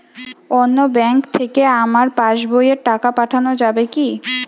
অন্য ব্যাঙ্ক থেকে আমার পাশবইয়ে টাকা পাঠানো যাবে কি?